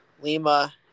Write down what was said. Lima